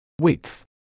Width